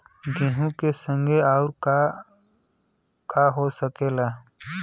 गेहूँ के संगे आऊर का का हो सकेला?